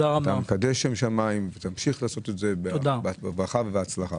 אתה מקדש שם שמיים ותמשיך לעשות את זה בברכה ובהצלחה.